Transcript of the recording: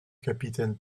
capitaine